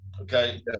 okay